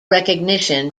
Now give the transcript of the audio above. recognition